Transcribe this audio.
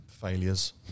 failures